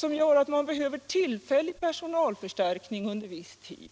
Det gör att det behövs tillfällig personalförstärkning under viss tid.